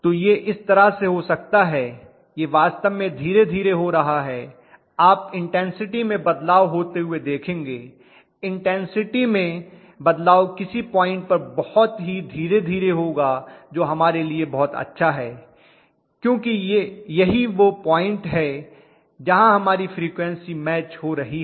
तो यह इस तरह से हो सकता है यह वास्तव में धीरे धीरे हो रहा है आप इन्टेन्सिटी में बदलाव होते हुए देखेंगे इन्टेन्सिटी में बदलाव किसी पॉइंट पर बहुत ही धीरे धीरे होगा जो हमारे लिए बहुत अच्छा है क्योंकि यही वह पॉइंट है जहाँ हमारी फ्रीक्वन्सी मैच हो रही है